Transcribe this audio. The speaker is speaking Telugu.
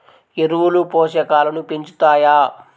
ఎరువులు పోషకాలను పెంచుతాయా?